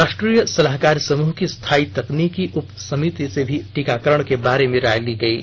राष्ट्रीय सलाहकार समूह की स्थायी तकनीकी उप समिति से भी टीकाकरण के बारे में राय ली गयी